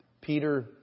Peter